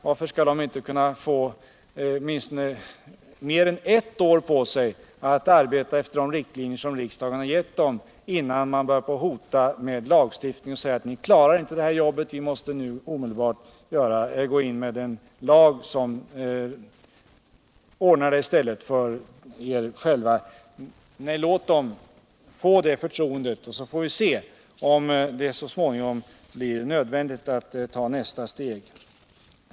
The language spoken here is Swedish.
Varför skall de inte få åtminstone mer än ett år på sig att arbeta efter de riktlinjer som riksdagen gett dem innan man börjar hota med lagstiftning och säger: Ni klarar inte det här jobbet, utan vi måste nu gå in med en lag som reglerar detta arbete? Nej, låt dem få detta förtroende, så får vi sedan se om det så småningom blir nödvändigt att ta nästa steg.